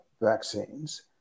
vaccines